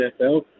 NFL